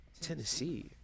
Tennessee